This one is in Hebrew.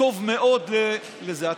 טוב מאוד לזה,